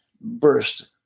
burst